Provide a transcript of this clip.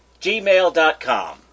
gmail.com